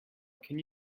can